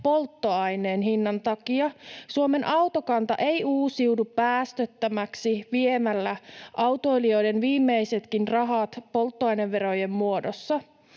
polttoaineen hinnan takia. Suomen autokanta ei uusiudu päästöttömäksi viemällä autoilijoiden viimeisetkin rahat polttoaineverojen muodossa.